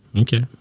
okay